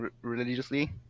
religiously